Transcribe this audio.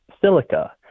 silica